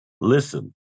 listen